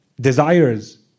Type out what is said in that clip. desires